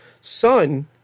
son